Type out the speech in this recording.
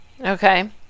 Okay